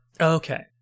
okay